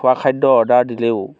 খোৱা খাদ্য অৰ্ডাৰ দিলেও